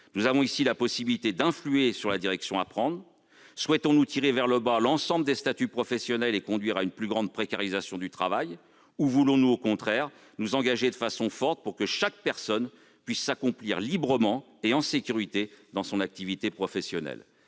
Nous avons la possibilité d'influer sur la direction à prendre. Souhaitons-nous tirer vers le bas l'ensemble des statuts professionnels et aboutir à une plus grande précarisation du travail ? Voulons-nous, au contraire, nous engager de façon forte pour que chaque personne puisse s'accomplir librement et en sécurité dans son activité professionnelle ?